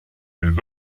les